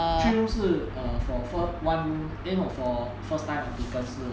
three room 是 err for fur~ one room eh no for first time applicants 是